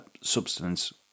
substance